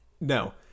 no